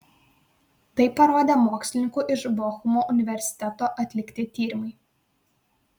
tai parodė mokslininkų iš bochumo universiteto atlikti tyrimai